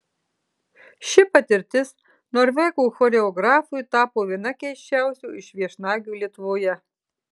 ši patirtis norvegų choreografui tapo viena keisčiausių iš viešnagių lietuvoje